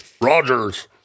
Rogers